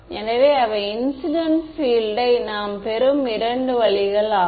எனவே அவை incident field யை நாம் பெறும் இரண்டு வழிகள் ஆம்